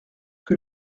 que